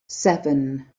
seven